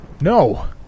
No